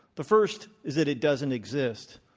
the first is that it doesn't exist.